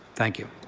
thank you.